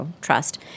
trust